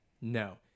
no